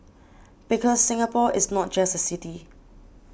because Singapore is not just a city